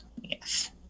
Yes